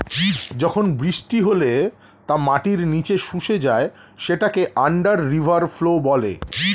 যখন বৃষ্টি হলে তা মাটির নিচে শুষে যায় সেটাকে আন্ডার রিভার ফ্লো বলে